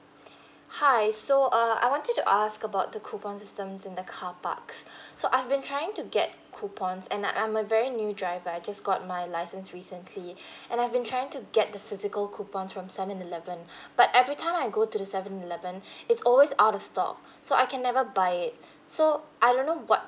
hi so uh I wanted to ask about the coupon systems in the car parks so I've been trying to get coupons and uh I'm a very new driver I just got my license recently and I've been trying to get the physical coupons from seven eleven but every time I go to the seven eleven it's always out of stock so I can never buy it so I don't know what